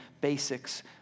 basics